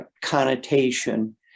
connotation